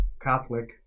Catholic